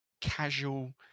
casual